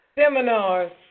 Seminars